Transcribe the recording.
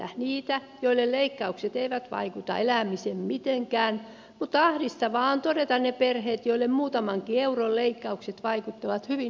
on niitä joihin leikkaukset eivät vaikuta elämiseen mitenkään mutta ahdistavaa on todeta ne perheet joihin muutamankin euron leikkaukset vaikuttavat hyvin negatiivisesti